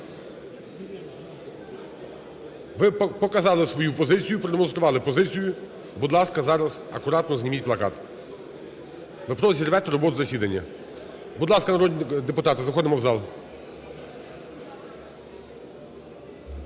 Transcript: Ви показали свою позицію, продемонстрували позицію. Будь ласка, зараз акуратно зніміть плакат. Ви зірвете роботу засідання. Будь ласка, народні депутати, заходимо в зал.